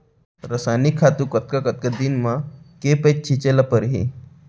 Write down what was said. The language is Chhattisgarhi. रसायनिक खातू कतका कतका दिन म, के पइत छिंचे ल परहि?